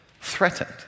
threatened